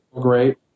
great